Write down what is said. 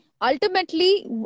Ultimately